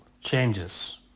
changes